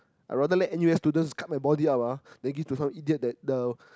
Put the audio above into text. I rather let N_U_S students cut my body up ah than give to some idiot that uh